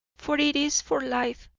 for it is for life.